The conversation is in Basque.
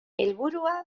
helburua